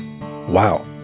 Wow